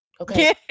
okay